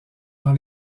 dans